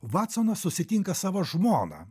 vatsonas susitinka savo žmoną